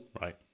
right